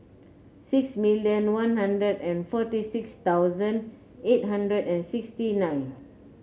six million One Hundred and forty six thousand eight hundred and sixty nine